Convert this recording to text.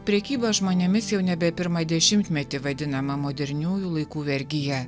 prekyba žmonėmis jau nebe pirmą dešimtmetį vadinama moderniųjų laikų vergija